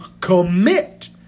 commit